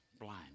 Blind